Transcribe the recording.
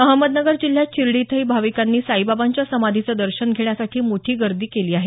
अहमदनगर जिल्ह्यात शिर्डी इथंही भाविकांनी साईबाबांच्या समाधीचं दर्शन घेण्यासाठी मोठी गर्दी केली आहे